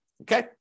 okay